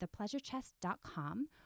thepleasurechest.com